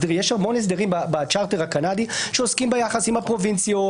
יש המון הסדרים בצ'רטר הקנדי שעוסקים ביחס עם הפרובינציות,